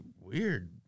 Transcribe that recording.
weird